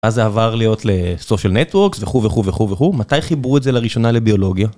איזה עבר להיות לסושיאל נטרוקס וכו וכו וכו וכו מתי חיברו את זה לראשונה לביולוגיה.